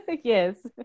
Yes